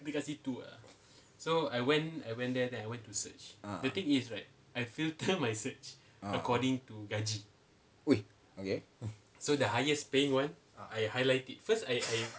uh uh okay